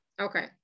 Okay